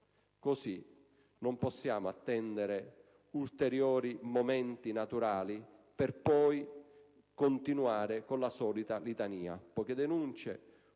sorte. Non possiamo attendere ulteriori momenti naturali per poi continuare con la solita litania: poche denunce,